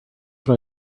what